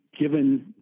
given